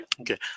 Okay